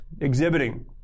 exhibiting